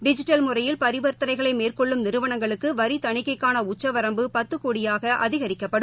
digital முறையில் பரிவாத்தனைகளை மேற்கொள்ளும் நிறுவனங்களுக்கு வரி தணிக்கைக்கான உச்சவரம்பு பத்து கோடி ரூபாயாக அதிகரிக்கப்படும்